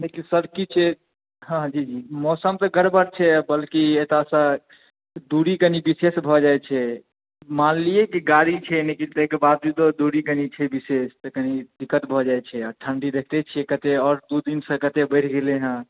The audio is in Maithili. लेकिन सर की छै हँ हँ जी जी मौसम से गड़बड़ छै बल्कि एतऽ सऽ दूरी कनी बिशेष भऽ जाइ छै मानलियै कि गाड़ी छै नही किछु ताहि के बावजूदो दूरी कनी छै बिशेष तऽ कनी दिक्कत भऽ जाइ छै आ ठण्ढी देखते छियै कते आओर दू दिन से कते बैढ़ गेलैहँ